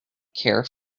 care